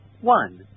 One